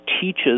teaches